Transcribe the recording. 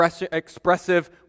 expressive